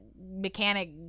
mechanic